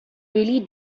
really